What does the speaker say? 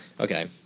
Okay